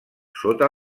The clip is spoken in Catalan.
sota